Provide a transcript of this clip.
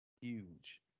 Huge